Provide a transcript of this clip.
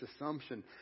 assumption